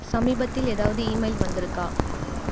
சமீபத்தில் ஏதாவது இமெயில் வந்திருக்கா